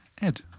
Ed